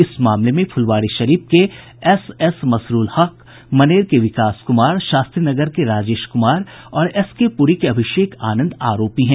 इस मामले में फुलवारीशरीफ के एसएस मसरूल हक मनेर के विकास कुमार शास्त्रीनगर के राजेश कुमार और एसके पुरी के अभिषेक आनंद आरोपी हैं